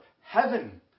heaven